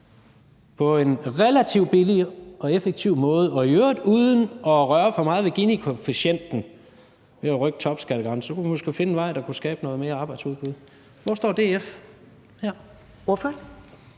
på en relativt billig og effektiv måde – og øvrigt uden at røre for meget ved Ginikoefficienten, altså ved at rykke topskattegrænsen – kunne skabe noget mere arbejdsudbud. Hvor står DF her? Kl.